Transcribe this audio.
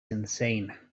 insane